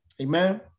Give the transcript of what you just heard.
Amen